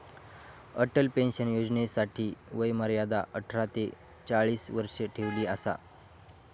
Atal pension योजनेसाठी वय मर्यादा अठरा ते चाळीस वर्ष ठेवली असा